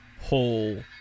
whole